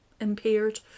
impaired